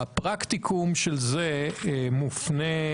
הפרקטיקום של זה מופנה,